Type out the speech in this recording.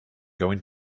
going